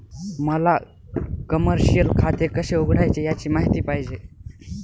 मला कमर्शिअल खाते कसे उघडायचे याची माहिती पाहिजे